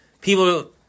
people